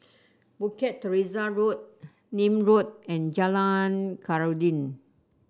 Bukit Teresa Road Nim Road and Jalan Khairuddin